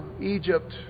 Egypt